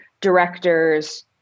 directors